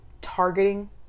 targeting